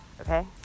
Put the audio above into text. Okay